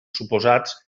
suposats